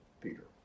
Peter